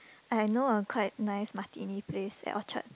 I know a quite nice martini place at Orchard